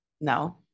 No